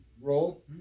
roll